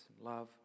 love